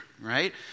right